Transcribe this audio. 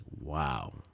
wow